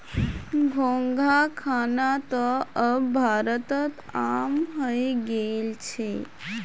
घोंघा खाना त अब भारतत आम हइ गेल छ